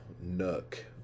nook